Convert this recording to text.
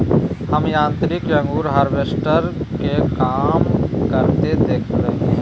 हम यांत्रिक अंगूर हार्वेस्टर के काम करते देखलिए हें